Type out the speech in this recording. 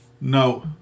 No